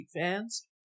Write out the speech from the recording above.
fans